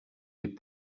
les